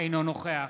אינו נוכח